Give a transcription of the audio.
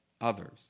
others